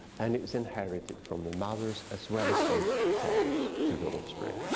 and it's inherited from the mothers as well as from fathers to the offspring.